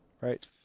right